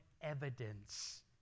evidence